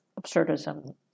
absurdism